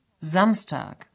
Samstag